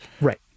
Right